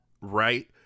right